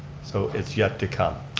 so it's yet to come.